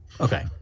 okay